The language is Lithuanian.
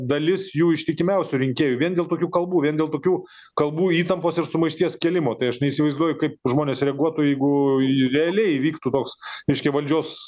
dalis jų ištikimiausių rinkėjų vien dėl tokių kalbų vien dėl tokių kalbų įtampos ir sumaišties kėlimo tai aš neįsivaizduoju kaip žmonės reaguotų jeigu i realiai įvyktų toks reiškia valdžios